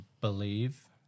believe